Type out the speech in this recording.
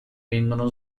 vengono